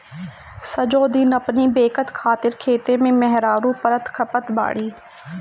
सजो दिन अपनी बेकत खातिर खेते में मेहरारू मरत खपत बाड़ी